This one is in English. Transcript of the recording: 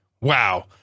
Wow